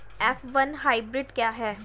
F one hybrid क्या है?